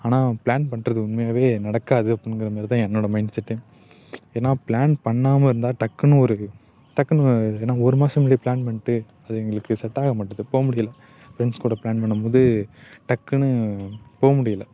ஆனால் ப்ளான் பண்ணுறது உண்மையாகவே நடக்காது அப்படிங்கற மாரிதான் என்னோடய மைண்ட்செட்டு ஏனால் ப்ளான் பண்ணாமல் இருந்தால் டக்குனு ஒரு டக்குனு என்ன ஒரு மாசம் முன்னாடியே ப்ளான் பண்ணிட்டு அது எங்களுக்கு செட்டாக மாட்டுது போ முடியல ஃப்ரெண்ட்ஸ் கூட ப்ளான் பண்ணும்போது டக்குனு போக முடியல